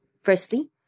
Firstly